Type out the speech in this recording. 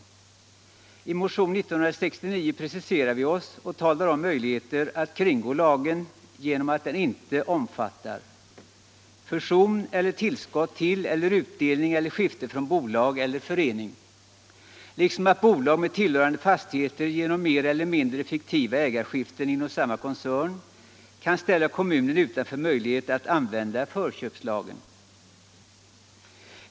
I motionen 1969 preciserar vi oss och talar om möjligheter att kringgå lagen genom att den inte omfattar fusion eller tillskott till eller utdelning eller skifte från bolag eller förening, liksom att bolag med tillhörande fastigheter genom mer eller mindre fiktiva ägarskiften inom samma koncern kan ställa kommunen utanför möjlighet att använda förköpslagen.